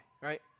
right